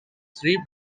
three